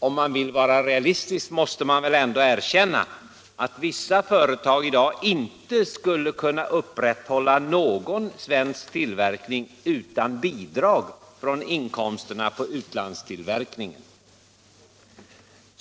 Om man vill vara realistisk måste man väl ändå erkänna att vissa företag i dag inte skulle kunna upprätthålla någon svensk tillverkning utan bidrag från inkomsterna på utlandstillverkning.